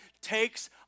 takes